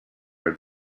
had